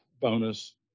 bonus